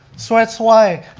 so that's why,